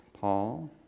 Paul